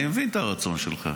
אני מבין את הרצון שלך.